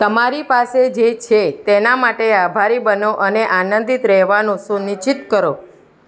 તમારી પાસે જે છે તેનાં માટે આભારી બનો અને આનંદિત રહેવાનું સુનિશ્ચિત કરો